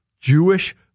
Jewish